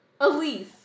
Elise